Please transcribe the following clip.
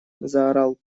заорал